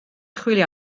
chwilio